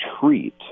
treat